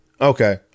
Okay